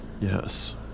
Yes